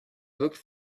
looked